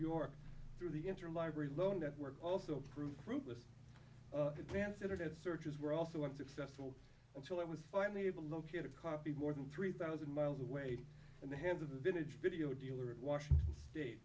york through the interlibrary loan network also proved fruitless advance internet searches were also unsuccessful until i was finally able to locate a copy more than three thousand miles away in the hands of the village video dealer in washington state